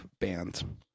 band